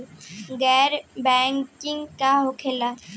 गैर बैंकिंग का होला?